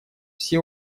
все